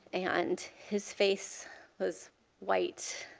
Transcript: and his face was white.